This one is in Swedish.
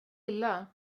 illa